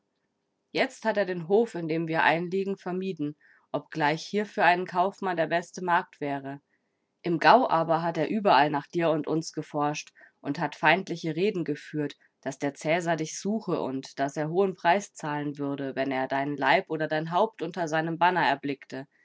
jetzt hat er den hof in dem wir einliegen vermieden obgleich hier für einen kaufmann der beste markt wäre im gau aber hat er überall nach dir und uns geforscht und hat feindliche reden geführt daß der cäsar dich suche und daß er hohen preis zahlen würde wenn er deinen leib oder dein haupt unter seinem banner erblickte